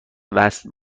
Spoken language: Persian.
وصل